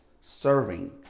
serving